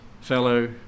fellow